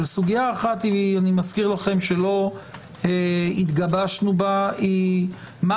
אבל סוגיה אחת שלא התגבשנו בה היא מה